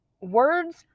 words